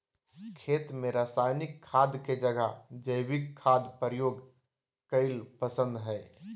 खेत में रासायनिक खाद के जगह जैविक खाद प्रयोग कईल पसंद हई